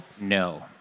No